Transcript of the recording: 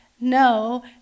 no